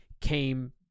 came